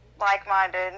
Like-minded